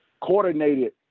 coordinated